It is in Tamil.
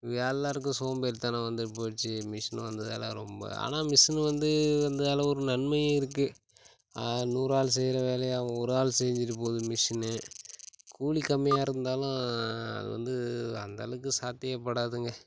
எல்லாருக்கும் சோம்பேறித் தனம் வந்துட்டு போயிடுச்சு மிஷின் வந்ததால் ரொம்ப ஆனால் மிசின் வந்து வந்ததால் ஒரு நன்மையும் இருக்குது நூறு ஆள் செய்கிற வேலையை ஒரு ஆள் செய்துவிட்டு போகுது மிஷின்னு கூலி கம்மியாக இருந்தாலும் அது வந்து அந்தளவுக்கு சாத்தியப்படாதுங்க